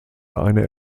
eine